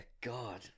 God